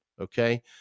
Okay